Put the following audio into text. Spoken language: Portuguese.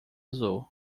azul